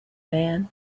man